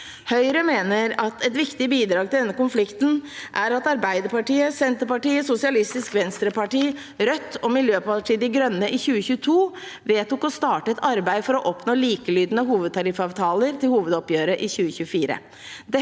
Høyre mener at et viktig bidrag til denne konflikten er at Arbeiderpartiet, Senterpartiet, Sosialistisk Venstreparti, Rødt og Miljøpartiet De Grønne i 2022 vedtok å starte et arbeid for å oppnå likelydende hovedtariffavtaler til hovedoppgjøret i 2024.